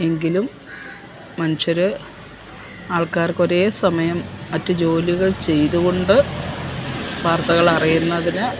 എങ്കിലും മനുഷ്യർ ആൾക്കാർക്കൊരെ സമയം മറ്റു ജോലികൾ ചെയ്തു കൊണ്ട് വാർത്തകൾ അറിയുന്നതിന്